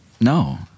No